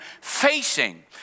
facing